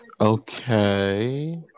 Okay